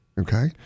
Okay